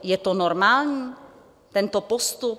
Je to normální, tento postup?